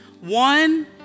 One